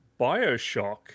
Bioshock